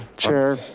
chair.